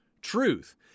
Truth